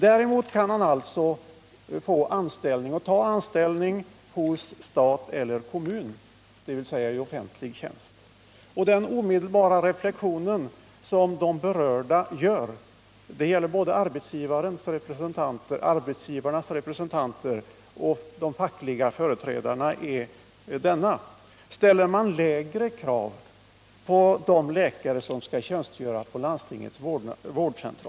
Däremot kan han söka och få anställning inom stat eller kommun, dvs. i offentlig tjänst. Den omedelbara reflexionen som de berörda gör — det gäller både arbetsgivarnas representanter och de fackliga företrädarna — är denna: Ställer man lägre krav på de läkare som tjänstgör på landstingets vårdcentral än på dem som har privat tjänst?